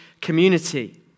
community